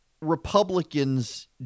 Republicans